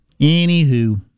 Anywho